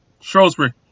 Shrewsbury